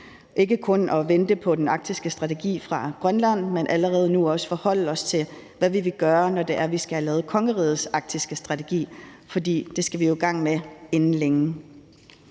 ikke kun at vente på den arktiske strategi fra Grønland, men allerede nu også forholde os til, hvad vi vil gøre, når det er, at vi skal have lavet kongerigets arktiske strategi, for det skal vi i gang med inden længe.